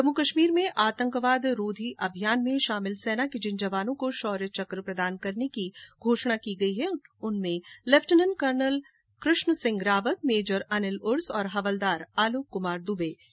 जम्मू कश्मीर में आतंकवाद रोधी अभियानों में शामिल सेना के जिन जवानों को शौर्य चक्र प्रदान करने की घोषणा की गई है उनमें lieutenant colonel Krishna Singh Rawat major Anil Urs और हवलदार आलोक क्मार दूबे शामिल हैं